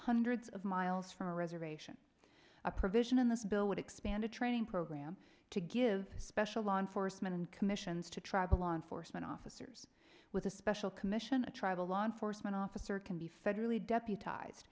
hundreds of miles from the reservation a provision in this bill would expand a training program to give special law enforcement and commissions to travel on force my officers with a special commission a tribal law enforcement officer can be federally